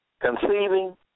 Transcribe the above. conceiving